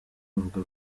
avuga